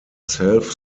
self